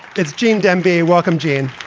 it's gene demby. welcome, jan.